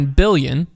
billion